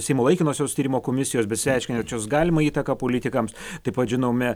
seimo laikinosios tyrimo komisijos besiaiškinančios galimą įtaką politikams taip pat žinome